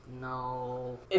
No